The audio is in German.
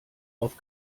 auf